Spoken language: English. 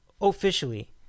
officially